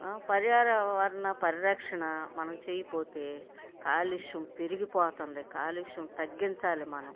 పర్యావరణ పరిరక్షణ మనం చేయకపోతే కాలుష్యం పెరిగిపోతంది కాలుష్యం తగ్గించాలి మనం